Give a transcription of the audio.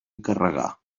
encarregar